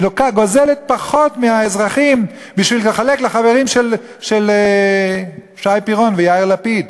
היא גוזלת פחות מהאזרחים בשביל לחלק לחברים של שי פירון ויאיר לפיד.